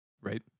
right